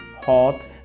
hot